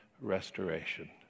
restoration